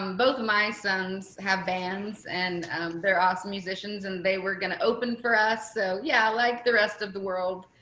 um both of my sons have bands, and they're awesome musicians, and they were going to open for us. so, yeah, like the rest of the world,